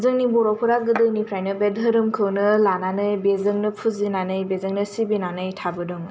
जोंनि बर' फोरा गोदोनिफ्रायनो बे धोरोमखौनो लानानै बेजोंनो फुजिनानै बेजोंनो सिबिनानै थाबोदोंमोन